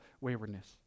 waywardness